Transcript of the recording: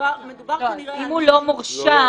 מדובר כנראה --- אם הוא לא מורשע